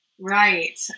Right